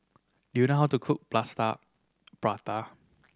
do you know how to cook Plaster Prata